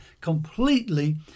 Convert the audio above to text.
completely